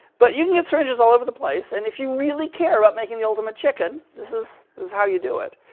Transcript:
but you can get syringes all over the place. and if you really care about making the ultimate chicken, this is is how you do it.